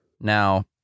Now